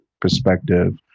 perspective